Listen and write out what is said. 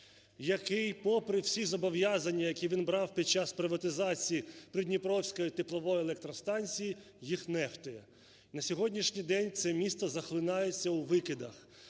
який попри всі зобов'язання, які він брав під час приватизації Придніпровської теплової електростанції, їх нехтує. На сьогоднішній день це місто захлинається у викидах,